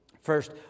First